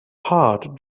hard